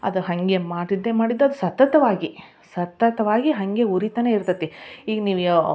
ಅದು ಹಾಗೆ ಮಾಡಿದ್ದೇ ಮಾಡಿದ್ದು ಅದು ಸತತವಾಗಿ ಸತತವಾಗಿ ಹಾಗೆ ಉರಿತಾನೇ ಇರ್ತದೆ ಈಗ ನೀವೂ